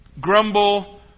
grumble